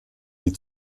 die